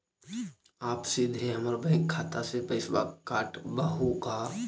आप सीधे हमर बैंक खाता से पैसवा काटवहु का?